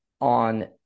on